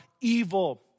evil